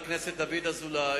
2009